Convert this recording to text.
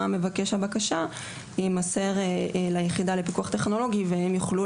מבקש הבקשה יימסר ליחידה לפיקוח טכנולוגי והם יוכלו